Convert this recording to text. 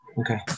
Okay